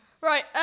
Right